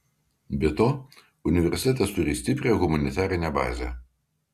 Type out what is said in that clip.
be to universitetas turi stiprią humanitarinę bazę